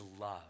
love